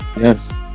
Yes